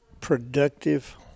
productive